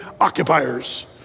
occupiers